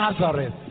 Nazareth